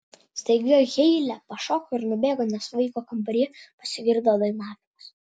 staiga heile pašoko ir nubėgo nes vaiko kambaryje pasigirdo dainavimas